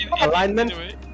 alignment